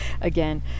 again